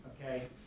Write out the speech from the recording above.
okay